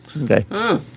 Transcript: Okay